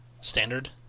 standard